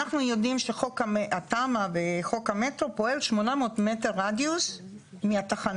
אנחנו יודעים שחוק התמ"א וחוק המטרו פועל 800 מטר רדיוס מהתחנה.